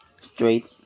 straight